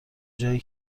جایی